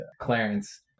Clarence